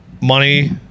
money